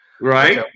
right